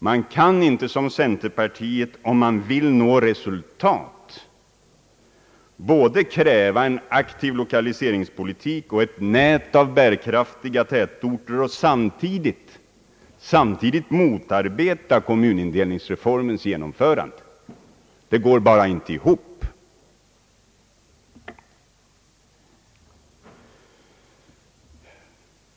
Man kan inte som centerpartiet, om man vill nå resultat, både kräva en aktiv lokaliseringspolitik och ett nät av bärkraftiga tätorter och samtidigt motarbeta kommunindelningsreformens genomförande — det går bara inte ihop.